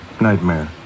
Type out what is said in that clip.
nightmare